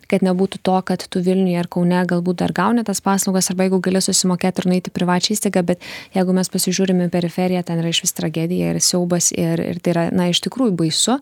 kad nebūtų to kad tu vilniuje ar kaune galbūt dar gauni tas paslaugas arba jeigu gali susimokėt ir nueit į privačią įstaigą bet jeigu mes pasižiūrim į periferiją ten yra išvis tragedija ir siaubas ir ir tai yra na iš tikrųjų baisu